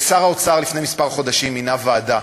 שר האוצר, לפני כמה חודשים, מינה ועדה,